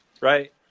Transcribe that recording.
right